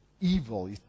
Evil